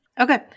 Okay